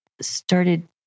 started